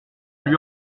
lui